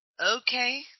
Okay